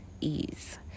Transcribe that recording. ease